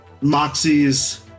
Moxie's